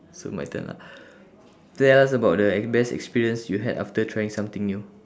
so my turn ah tell us about the best experience you had after trying something new